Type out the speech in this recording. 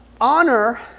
honor